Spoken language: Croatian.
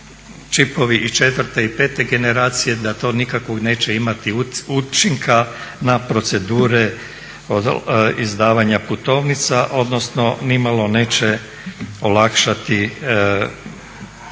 čipovi i četvrte i pete generacije, da to nikako neće imati učinka na procedure izdavanja putovnica odnosno nimalo neće olakšati ljudima